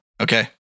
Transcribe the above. Okay